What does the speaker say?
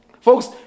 folks